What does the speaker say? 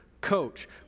coach